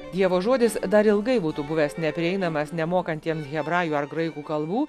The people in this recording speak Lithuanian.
dievo žodis dar ilgai būtų buvęs neprieinamas nemokantiem hebrajų ar graikų kalbų